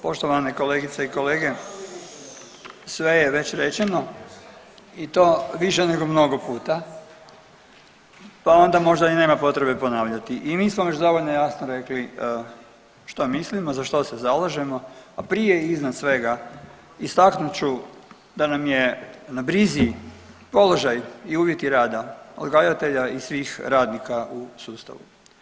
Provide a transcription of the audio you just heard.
Poštovane kolegice i kolege, sve je već rečeno i to više nego mnogo puta, pa onda možda i nema potrebe ponavljati i mi smo već dovoljno jasno rekli što mislimo, za što se zalažemo, a prije i iznad svega istaknut ću da nam je na brizi položaj i uvjeti rada odgajatelja i svih radnika u sustavu.